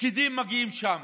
פקידים מגיעים לשם